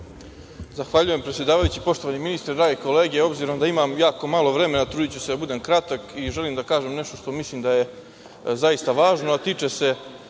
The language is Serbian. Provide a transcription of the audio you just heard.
Zahvaljujem, predsedavajući. Poštovani ministre, drage kolege obzirom da imam jako malo vremena trudiću se da budem kratak. Želim da kažem nešto što mislim da je zaista važno i tiče se